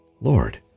Lord